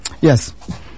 Yes